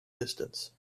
distance